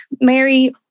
Mary